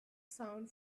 sound